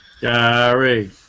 Gary